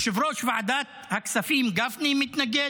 יושב-ראש ועדת הכספים גפני מתנגד,